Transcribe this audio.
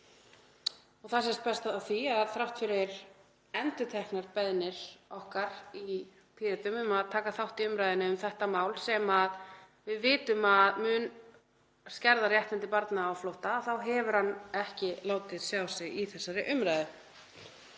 Það sést best á því að þrátt fyrir endurteknar beiðnir okkar í Pírötum um að taka þátt í umræðunni um þetta mál, sem við vitum að mun skerða réttindi barna á flótta, þá hefur hann hvorki látið sjá sig í þessari umræðu